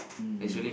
mm